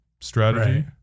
strategy